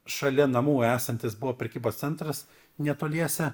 šalia namų esantis buvo prekybos centras netoliese